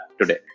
today